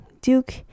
duke